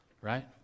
right